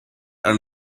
and